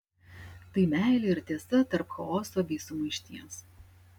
tai meilė ir tiesa tarp chaoso bei sumaišties